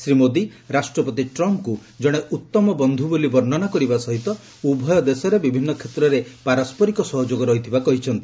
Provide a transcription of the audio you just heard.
ଶ୍ରୀ ମୋଦି ରାଷ୍ଟ୍ରପତି ଟ୍ରମ୍ଫ୍କ କଣେ ଉତ୍ତମ ବନ୍ଧ୍ର ବୋଲି ବର୍ଷନା କରିବା ସହିତ ଉଭୟ ଦେଶରେ ବିଭିନ୍ନ କ୍ଷେତ୍ରରେ ପାରସ୍କରିକ ସହଯୋଗ ରହିଥିବା କହିଛନ୍ତି